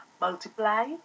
multiply